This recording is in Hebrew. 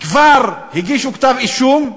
כבר הגישו כתב-אישום,